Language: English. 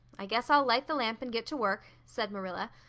i guess i'll light the lamp and get to work, said marilla.